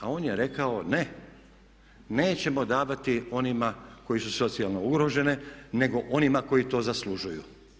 A on je rekao ne, nećemo davati onima koji su socijalno ugroženi nego onima koji to zaslužuju.